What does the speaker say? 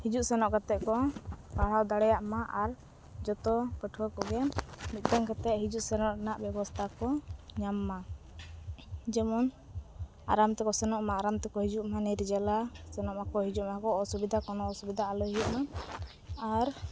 ᱦᱤᱡᱩᱜᱼᱥᱮᱱᱚᱜ ᱠᱟᱛᱮᱫ ᱠᱚ ᱯᱟᱲᱦᱟᱣ ᱫᱟᱲᱮᱭᱟᱜ ᱢᱟ ᱟᱨ ᱡᱚᱛᱚ ᱯᱟᱹᱴᱷᱣᱟᱹ ᱠᱚᱜᱮ ᱢᱤᱫᱴᱟᱝ ᱠᱟᱛᱮᱫ ᱦᱤᱡᱩᱜᱼᱥᱮᱱᱚᱜ ᱨᱮᱱᱟᱜ ᱵᱮᱵᱚᱥᱛᱷᱟ ᱠᱚ ᱧᱟᱢ ᱢᱟ ᱡᱮᱢᱚᱱ ᱟᱨᱟᱢ ᱛᱮᱠᱚ ᱥᱮᱱᱚᱜᱢᱟ ᱟᱨᱟᱢ ᱛᱮᱠᱚ ᱦᱤᱡᱩᱜᱢᱟ ᱱᱤᱨᱡᱟᱞᱟ ᱥᱚᱱᱚᱜᱢᱟᱠᱚ ᱦᱤᱡᱩᱜᱢᱟᱠᱚ ᱚᱥᱩᱵᱤᱫᱷᱟ ᱠᱳᱱᱳ ᱚᱥᱩᱵᱤᱫᱷᱟ ᱟᱞᱚ ᱦᱩᱭᱩᱜᱢᱟ ᱟᱨ